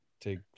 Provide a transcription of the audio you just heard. take